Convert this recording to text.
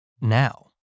Now